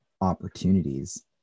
opportunities